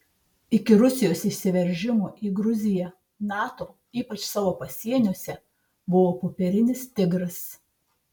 iki rusijos įsiveržimo į gruziją nato ypač savo pasieniuose buvo popierinis tigras